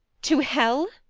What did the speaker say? to hell?